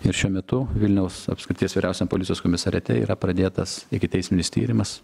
ir šiuo metu vilniaus apskrities vyriausiajam policijos komisariate yra pradėtas ikiteisminis tyrimas